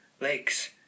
lakes